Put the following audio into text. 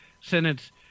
sentence